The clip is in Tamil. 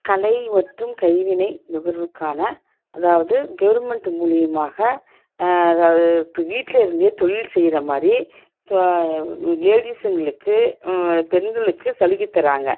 கலை மற்றும் கைவினை நுகர்வோருக்கான அதாவது கவர்மெண்ட்டு மூலிமாக அதாவது வீட்டில் இருந்தே தொழில் செய்கிற மாதிரி லேடிஸுங்களுக்கு பெண்களுக்கு சலுகைத் தர்றாங்க